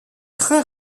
très